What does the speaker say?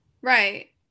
right